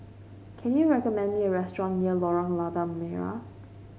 can you recommend me a restaurant near Lorong Lada Merah